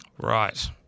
Right